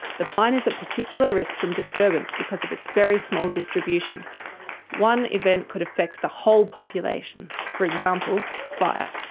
the pine is at particular risk from disturbance because of its very small distribution one event could affect the whole population. for example, fire.